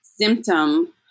symptom